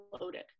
loaded